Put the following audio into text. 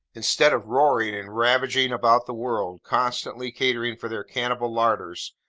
instead of roaring and ravaging about the world, constantly catering for their cannibal larders,